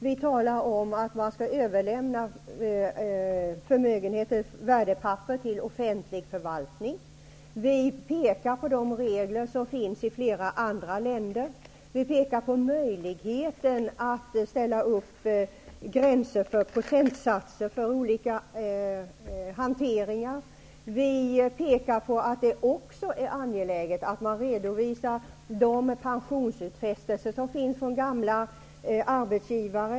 Vi talar om att man skall överlämna värdepapper ingående i förmögenheten till offentlig förvaltning. Vi pekar på de regler som finns i flera andra länder. Vi pekar på möjligheten att ange procentsatser för begränsning av olika hanteringar. Vi pekar på att det också är angeläget att man redovisar de pensionsutfästelser som finns från gamla arbetsgivare.